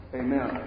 amen